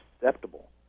acceptable